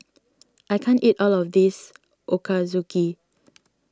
I can't eat all of this Ochazuke